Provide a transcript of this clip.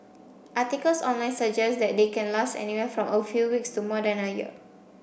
articles online suggest they can last anywhere from a few weeks to more than a year